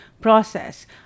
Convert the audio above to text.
process